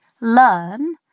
learn